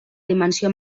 dimensió